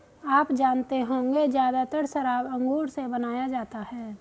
आप जानते होंगे ज़्यादातर शराब अंगूर से बनाया जाता है